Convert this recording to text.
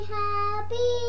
happy